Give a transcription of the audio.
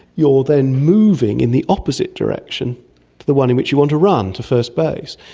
you are then moving in the opposite direction to the one in which you want to run to first base,